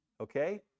Okay